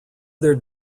their